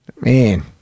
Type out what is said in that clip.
man